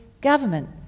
government